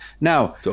Now